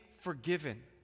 forgiven